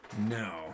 No